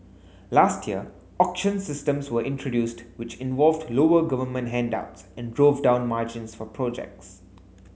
last year auction systems were introduced which involved lower government handouts and drove down margins for projects